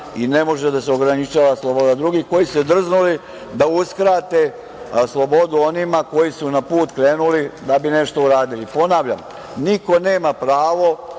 i ne može da se ograničava sloboda drugih koji su se drznuli da usrkate slobodu onima koji su na put krenuli da bi nešto uradili. Ponavljam, niko nema pravo,